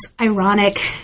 ironic